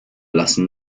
lassen